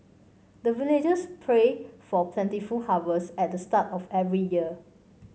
the villagers pray for plentiful harvest at the start of every year